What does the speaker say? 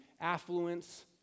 affluence